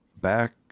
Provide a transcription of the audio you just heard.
back